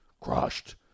crushed